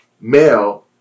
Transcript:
male